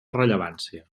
rellevància